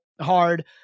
hard